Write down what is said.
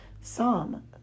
Psalm